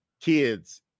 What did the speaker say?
kids